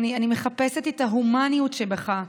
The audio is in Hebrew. אני מחפשת את ההומניות שבך,